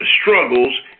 struggles